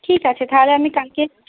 ঠিক আছে তাহলে আমি কালকে